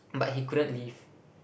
but he couldn't leave